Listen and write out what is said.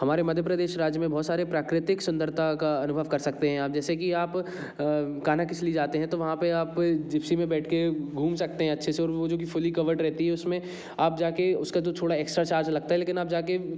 हमारे मध्य प्रदेश राज्य में बहुत सारी प्राकृतिक सुन्दरता का अनुभव कर सकते हैं आप जैसे कि आप कान्हा किस लिए जाते हैं तो वहाँ पर आप जिप्सी में बैठ कर घूम सकते हैं अच्छे से और वो जो कि फुल्ली कवर्ड रहती है उस में आप जा कर उसका जो थोड़ा एक्स्ट्रा चार्ज लगता है लेकिन आप जा कर